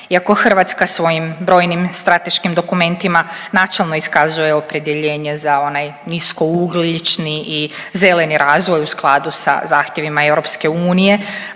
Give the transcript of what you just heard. Iako Hrvatska svojim brojnim strateškim dokumentima načelno iskazuje opredjeljenje za onaj nisko ugljični i zeleni razvoj u skladu sa zahtjevima EU,